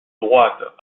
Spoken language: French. droite